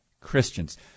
Christians